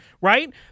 right